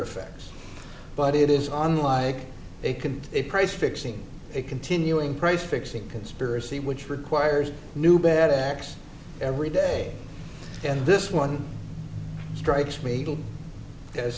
effects but it is on like a can a price fixing a continuing price fixing conspiracy which requires new bad acts every day and this one strikes me as